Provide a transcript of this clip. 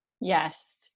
Yes